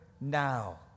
now